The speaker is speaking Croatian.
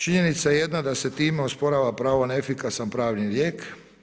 Činjenica jedna da se time osporava pravo na efikasan pravni lijek.